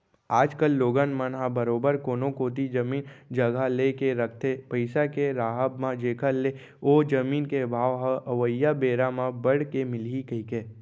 आज कल लोगन मन ह बरोबर कोनो कोती जमीन जघा लेके रखथे पइसा के राहब म जेखर ले ओ जमीन के भाव ह अवइया बेरा म बड़ के मिलही कहिके